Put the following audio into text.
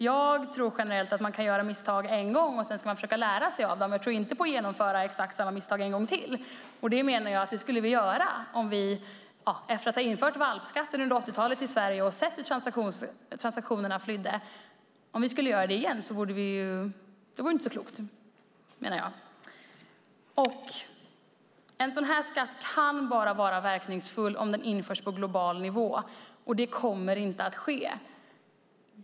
Jag tror generellt att man kan göra misstag en gång, och sedan ska man försöka lära sig av dem. Jag tror inte på att genomföra exakt samma misstag en gång till. Jag menar att om vi, efter att i Sverige ha infört valpskatten under 80-talet och har sett hur transaktionerna flydde, skulle göra det igen vore det inte så klokt. En sådan här skatt kan vara verkningsfull bara om den införs på global nivå. Men det kommer inte att ske.